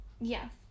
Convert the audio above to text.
yes